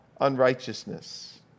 unrighteousness